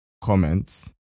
comments